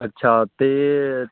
ਅੱਛਾ ਅਤੇ